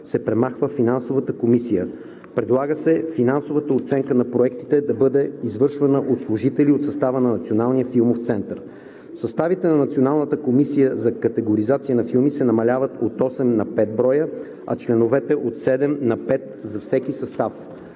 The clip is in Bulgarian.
се премахва финансовата комисия. Предлага се финансовата оценка на проектите да бъде извършвана от служители от състава на Националния филмов център. Съставите на Националната комисия за категоризация на филми се намаляват от 8 на 5 броя, а членовете от 7 на 5 за всеки състав.